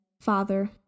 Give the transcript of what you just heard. Father